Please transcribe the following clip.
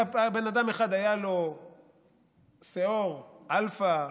לבן אדם אחד היה שאור אלפא,